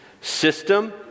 system